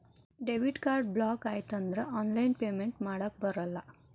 debit card block ಆಯ್ತಂದ್ರ online payment ಮಾಡಾಕಬರಲ್ಲ